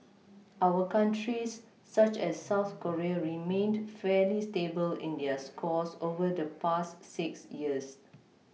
our countries such as south Korea remained fairly stable in their scores over the past six years